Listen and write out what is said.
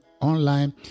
online